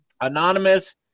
Anonymous